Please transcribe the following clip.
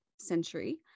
century